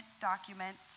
documents